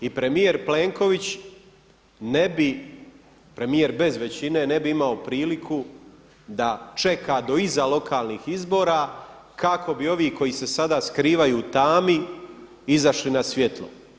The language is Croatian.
I premijer Plenković ne bi, premijer bez većine ne bi imao priliku da čeka do iza lokalnih izbora kako bi ovi koji se sada skrivaju u tami izašli na svjetlo.